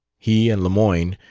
he and lemoyne,